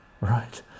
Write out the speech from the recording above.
right